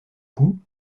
cou